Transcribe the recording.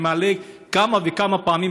אני מעלה כמה וכמה פעמים,